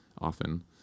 often